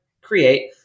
create